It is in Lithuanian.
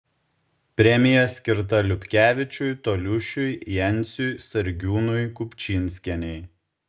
premija skirta liupkevičiui toliušiui jenciui sargiūnui kupčinskienei